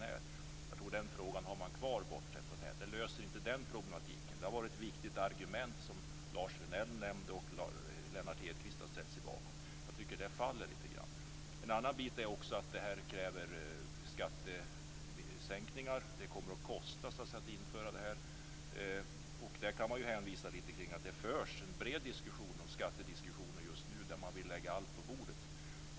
Den frågan tror jag att man har kvar bortsett från det som nu är aktuellt. Det löser inte den problematiken. Men det har varit ett viktigt argument, som Lars Vinell nämnde och som Lennart Hedquist har ställt sig bakom. Jag tycker att det faller. En annan sak är också att det krävs skattesänkningar. Det kommer att kosta att införa dessa bolag. Där kan man hänvisa lite till att det förs en bred skattediskussion just nu, där man vill lägga allt på bordet.